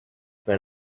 when